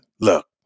look